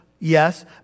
Yes